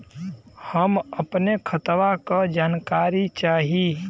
हम अपने खतवा क जानकारी चाही?